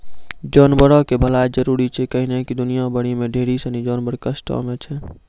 जानवरो के भलाइ जरुरी छै कैहने कि दुनिया भरि मे ढेरी सिनी जानवर कष्टो मे छै